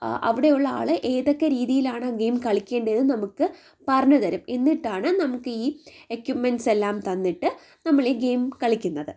അവിടെയുള്ള ആൾ ഏതൊക്കെ രീതിയിലാണ് ഗെയിം കളിക്കണ്ടേ എന്ന് നമുക്ക് പറഞ്ഞു തരും എന്നിട്ടാണ് നമുക്ക് ഈ എക്വിപ്മെൻ്സ് എല്ലാം തന്നിട്ട് നമ്മൾ ഈ ഗെയിം കളിക്കുന്നത്